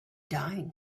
dying